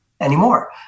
anymore